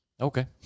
Okay